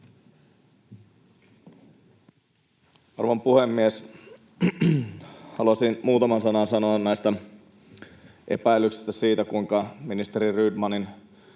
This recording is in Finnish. Arvon puhemies! Haluaisin muutaman sanan sanoa näistä epäilyksistä siitä, kuinka ministeri Rydmanin